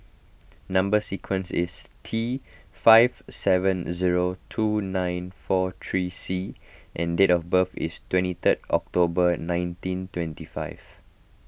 Number Sequence is T five seven zero two nine four three C and date of birth is twenty third October nineteen twenty five